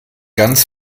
ganz